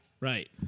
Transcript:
right